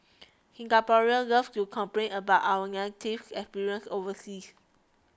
Singaporeans love to complain about our negative experiences overseas